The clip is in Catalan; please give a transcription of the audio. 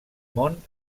món